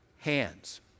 hands